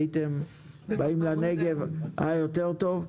הייתם באים לנגב והיה יותר טוב.